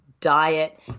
diet